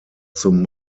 zum